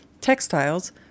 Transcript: textiles